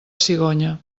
cigonya